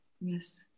yes